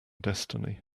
destiny